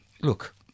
Look